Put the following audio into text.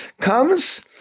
comes